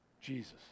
Jesus